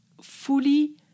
Fully